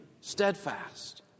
steadfast